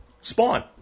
spawn